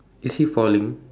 is he falling